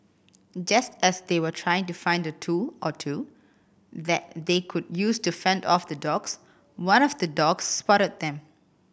just as they were trying to find a tool or two that they could use to fend off the dogs one of the dogs spotted them